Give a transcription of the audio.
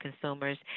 consumers